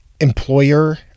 employer